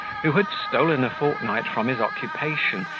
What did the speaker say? who had stolen a fortnight from his occupation,